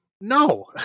No